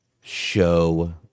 show